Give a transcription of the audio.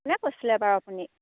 কোনে কৈছিলে বাৰু আপুনি